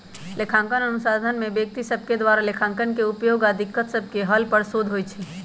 लेखांकन अनुसंधान में व्यक्ति सभके द्वारा लेखांकन के उपयोग आऽ दिक्कत सभके हल पर शोध होइ छै